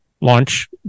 launch